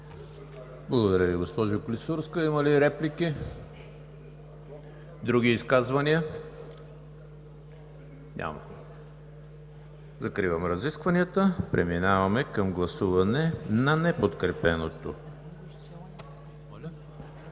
Благодаря Ви, госпожо Клисурска. Има ли реплики? Други изказвания? Няма. Закривам разискванията. Преминаваме към гласуване на неподкрепеното